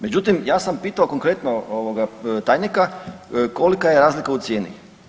Međutim, ja sam pitao konkretno ovoga tajnika kolika je razlika u cijeni.